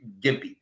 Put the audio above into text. gimpy